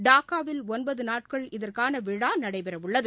டாக்காவில் ஒன்பது நாட்கள் இதற்கான விழா நடைபெறவுள்ளது